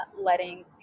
letting